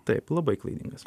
taip labai klaidingas